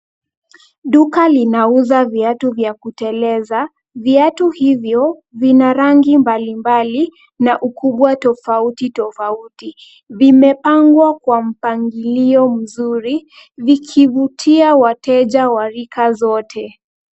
Duka linauza viatu vya kuteleza. Viatu hivyo vina rangi mbalimbali na ukubwa tofauti tofauti, vimepangwa kwa mpangilio mzuri vikivutia wateja wa rika zote.